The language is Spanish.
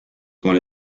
con